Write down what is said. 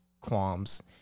qualms